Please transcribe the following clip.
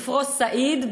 "סעיד".